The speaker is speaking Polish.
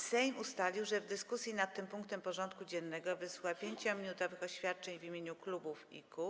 Sejm ustalił, że w dyskusji nad tym punktem porządku dziennego wysłucha 5-minutowych oświadczeń w imieniu klubów i kół.